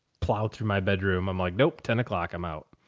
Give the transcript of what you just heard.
plow through my bedroom. i'm like, nope, ten o'clock i'm out.